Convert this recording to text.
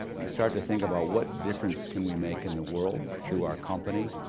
you start to think about what difference can we make in the world through our company,